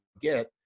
get